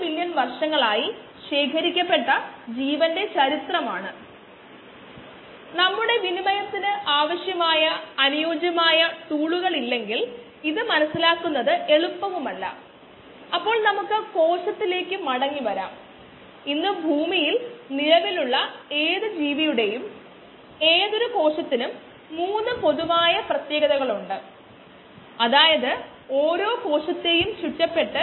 V യിലേക്കുള്ള rx rg ന് തുല്യമായിരിക്കും ഇത് ഒരു സാന്ദ്രതയിലോ വോള്യൂമെട്രിക് അടിസ്ഥാനത്തിലോ ആണ് എന്ന് നമുക്കറിയാം മറ്റൊരു തരത്തിൽ പറഞ്ഞാൽ സമയത്തിനനുസരിച്ച് കോശങ്ങളുടെ സാന്ദ്രത മാറുന്നതിന്റെ നിരക്ക് rx ആണ്